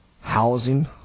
housing